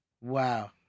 wow